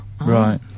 right